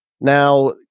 Now